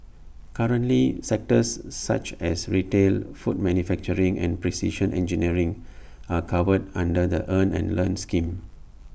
currently sectors such as retail food manufacturing and precision engineering are covered under the earn and learn scheme